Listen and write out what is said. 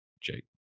Jake